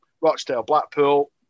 Rochdale-Blackpool